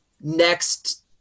next